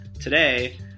Today